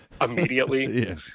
immediately